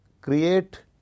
create